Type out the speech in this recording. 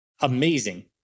amazing